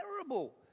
terrible